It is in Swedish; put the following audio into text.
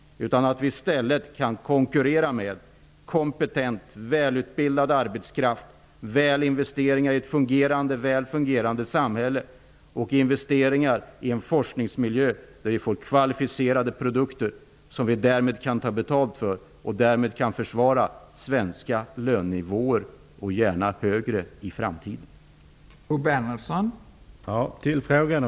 Vi skall i stället konkurrera med kompetent och välutbildad arbetskraft, med goda investeringar i ett väl fungerande samhälle och med en forskningsmiljö där vi får kvalificerade produkter som vi kan ta betalt för, varigenom vi kan bevara svenska lönenivåer och i framtiden kanske också kan få höjda lönenivåer.